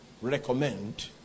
recommend